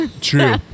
True